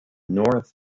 north